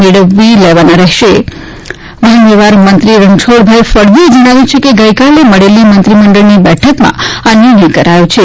મેળવી લેવાના રહેશે વાહનવ્યવહાર મંત્રી રણછોડભાઇ ફળદુએ જણાવ્યું કે ગઈકાલે મળેલી મંત્રીમંડળની બેઠકમાં આ નિર્ણય કરાયો છે